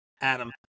adam